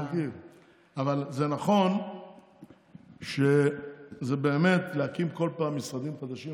אבל זה נכון שבאמת להקים כל פעם משרדים חדשים,